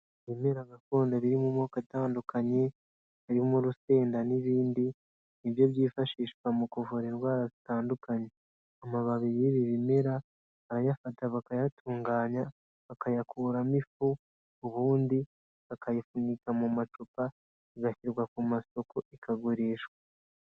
Ibimera gakondo biri mu moko atandukanye, harimo urusenda n'ibindi, nibyo byifashishwa mu kuvura indwara zitandukanye, amababi y'ibi bimera barayafata bakayatunganya, bakayakuramo ifu, ubundi bakayapfunyika mu macupa, igashyirwa ku masoko ikagurishwa.